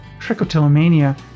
trichotillomania